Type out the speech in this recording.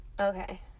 Okay